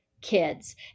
kids